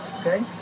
okay